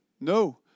No